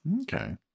Okay